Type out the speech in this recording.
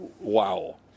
wow